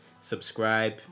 subscribe